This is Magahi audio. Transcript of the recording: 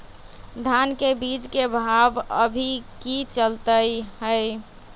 धान के बीज के भाव अभी की चलतई हई?